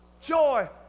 joy